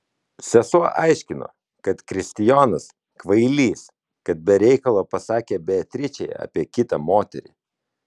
sesuo aiškino kad kristijonas kvailys kad be reikalo pasakė beatričei apie kitą moterį